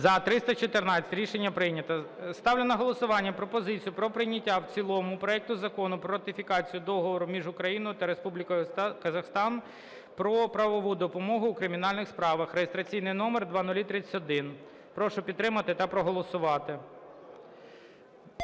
За-314 Рішення прийнято. Сталю на голосування пропозицію про прийняття в цілому проекту Закону про ратифікацію Договору між Україною та Республікою Казахстан про правову допомогу у кримінальних справах (реєстраційний номер 0031). Прошу підтримати та проголосувати.